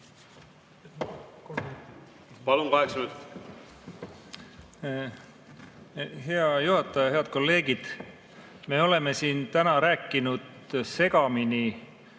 minutit! Hea juhataja! Head kolleegid! Me oleme siin täna rääkinud segamini